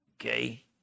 Okay